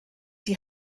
die